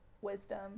wisdom